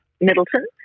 Middleton